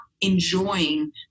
enjoying